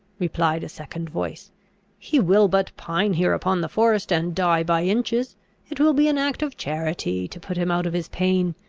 replied a second voice he will but pine here upon the forest, and die by inches it will be an act of charity to put him out of his pain.